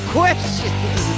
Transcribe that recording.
questions